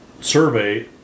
survey